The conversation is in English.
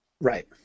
Right